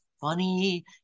funny